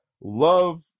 love